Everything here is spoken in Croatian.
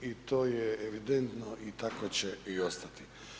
I to je evidentno i tako će i ostati.